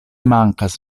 mankas